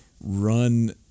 run